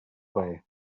way